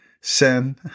Sin